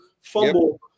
fumble